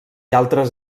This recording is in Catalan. altres